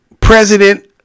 President